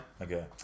Okay